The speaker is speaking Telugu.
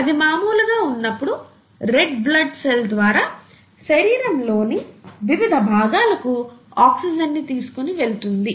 అది మాములుగా ఉన్నప్పుడు రెడ్ బ్లడ్ సెల్ ద్వారా శరీరం లోని వివిధ భాగాలకు ఆక్సిజన్ ని తీసుకుని వెళ్తుంది